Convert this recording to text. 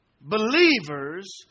believers